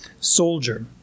soldier